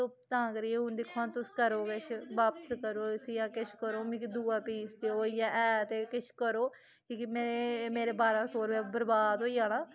तां करियै हून दिक्खो हां तुस करो किश बापस करो इसी जां किश करो मिकी दूआ पीस देओ इ'यै ऐ ते किश करो कि गी मेरा बारां सौ रपेआ बरबाद होई जाना